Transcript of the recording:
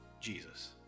Jesus